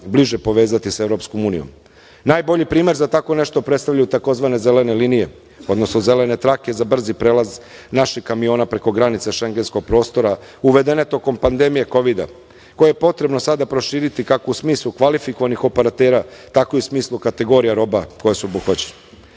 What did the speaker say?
bliže povezati sa EU.Najbolji primer za tako nešto predstavljaju tzv. zelene linije, odnosno zelene trake za brzi prelaz našeg kamiona preko granica šengenskog prostora, uvedene tokom pandemije kovida, a koje je potrebno sada proširiti, kako u smislu kvalifikovanih operatera, tako i u smislu kategorija roba koje su obuhvaćene. Ne